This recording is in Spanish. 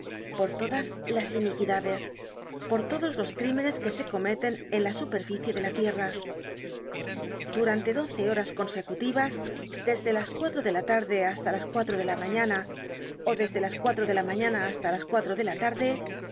por todas las iniquidades por todos los crímenes que se cometen en la superficie de la tierra durante doce horas consecutivas desde las cuatro de la tarde hasta las cuatro de la mañana ó desde las cuatro de la mañana hasta las cuatro de la tarde